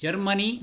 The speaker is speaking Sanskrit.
जर्मनी